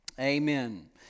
amen